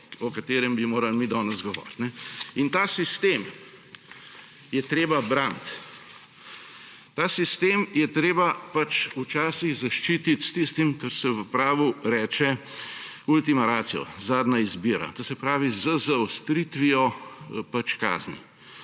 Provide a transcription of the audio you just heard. o katerem bi morali mi danes govoriti. In ta sistem je treba braniti. Ta sistem je treba včasih zaščititi s tistim, kar se v pravu reče ultima ratio, zadnja izbira, to se pravi z zaostritvijo kazni.